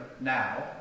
now